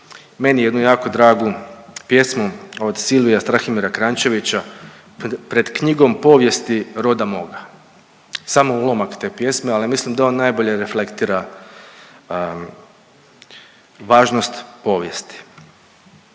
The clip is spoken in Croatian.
meni jednu jako dragu pjesmu od Silvija Strahimira Kranjčevića „Pred knjigom povijesti roda moga“, samo ulomak te pjesme, ali mislim da on najbolje reflektira važnost povijesti.